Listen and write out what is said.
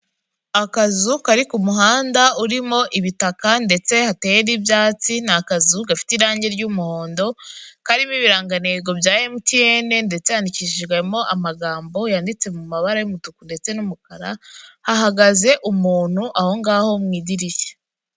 Akazu kari ku muhanda urimo ibitaka ndetse hateye n'ibyatsi, ni akazu gafite irange ry'umuhondo, karimo ibirangantego bya MTN ndetse yandikishijwemo amagambo yanditse mu mabara y'umutuku ndetse n'umukara, hahagaze umuntu aho ngaho mu idirishya.